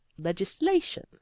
legislation